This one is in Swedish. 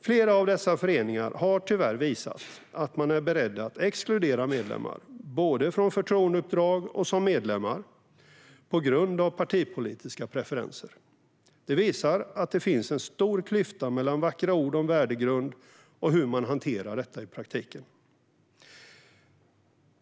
Flera av dessa föreningar har tyvärr visat att de är beredda att exkludera medlemmar, både från förtroendeuppdrag och som medlemmar, på grund av partipolitiska preferenser. Det visar att det finns en stor klyfta mellan vackra ord om värdegrund och hur man hanterar detta i praktiken.